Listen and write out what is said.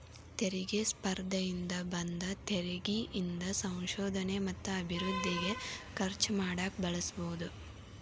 ತೆರಿಗೆ ಸ್ಪರ್ಧೆಯಿಂದ ಬಂದ ತೆರಿಗಿ ಇಂದ ಸಂಶೋಧನೆ ಮತ್ತ ಅಭಿವೃದ್ಧಿಗೆ ಖರ್ಚು ಮಾಡಕ ಬಳಸಬೋದ್